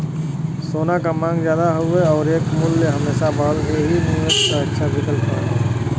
सोना क मांग जादा हउवे आउर एकर मूल्य हमेशा बढ़ला एही लिए निवेश क अच्छा विकल्प मानल जाला